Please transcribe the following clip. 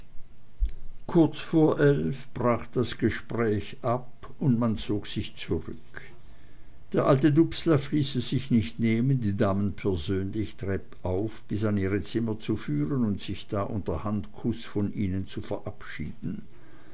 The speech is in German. kurz vor elf brach das gespräch ab und man zog sich zurück der alte dubslav ließ es sich nicht nehmen die damen persönlich treppauf bis an ihre zimmer zu führen und sich da unter handkuß von ihnen zu verabschieden